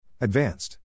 Advanced